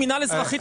מנהל אזרחי,